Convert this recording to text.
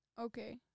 Okay